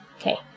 Okay